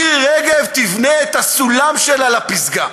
מירי רגב תבנה את הסולם שלה לפסגה,